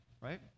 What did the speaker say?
right